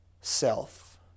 self